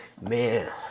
Man